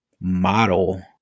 model